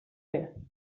ser